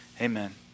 amen